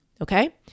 Okay